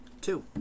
Two